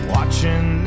Watching